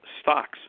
stocks